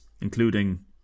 including